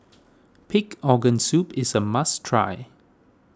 Pig Organ Soup is a must try